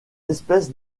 espèces